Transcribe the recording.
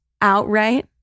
outright